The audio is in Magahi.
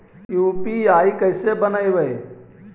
यु.पी.आई कैसे बनइबै?